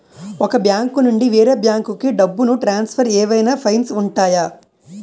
ఒక బ్యాంకు నుండి వేరే బ్యాంకుకు డబ్బును ట్రాన్సఫర్ ఏవైనా ఫైన్స్ ఉంటాయా?